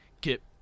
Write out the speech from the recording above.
get